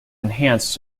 enhanced